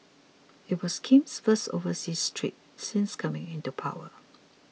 it was Kim's first overseas trip since coming into power